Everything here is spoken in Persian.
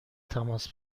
تماس